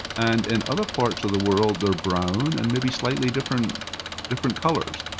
and in other parts of the world they're brown and maybe slightly different different colors.